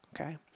okay